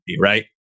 right